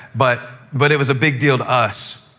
but but it was a big deal to us.